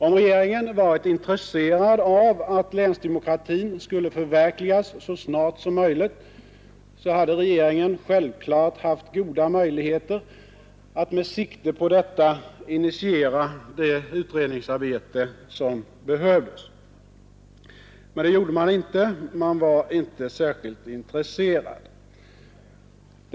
Om regeringen varit intresserad av att länsdemokratin skulle förverkligas så snart som möjligt, hade regeringen självfallet haft goda möjligheter att med sikte på detta initiera det utredningsarbete som behövdes. Men det gjorde man inte — man var inte särskilt intresserad.